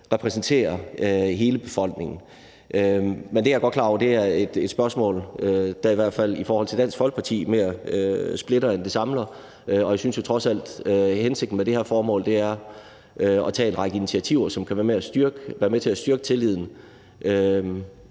repræsenterer hele befolkningen. Men det er jeg godt klar over er et spørgsmål, der i hvert fald i forhold til Dansk Folkeparti mere splitter end samler, og jeg synes jo trods alt, at hensigten med det her forslag er at tage en række initiativer, som kan være med til at styrke tilliden